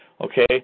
Okay